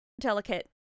delicate